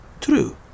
True